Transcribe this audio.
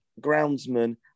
Groundsman